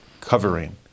covering